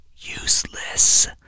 useless